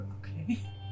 Okay